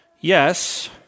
yes